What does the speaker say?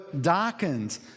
darkened